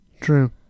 True